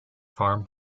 farm